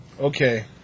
Okay